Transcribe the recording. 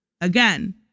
Again